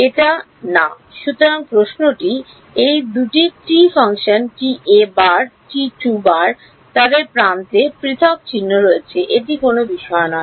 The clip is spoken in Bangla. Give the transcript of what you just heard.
এটা না সুতরাং প্রশ্নটি টি এই 2 টি টি ফাংশন এবং তাদের প্রান্তে পৃথক চিহ্ন রয়েছে এটি কোনও বিষয় নয়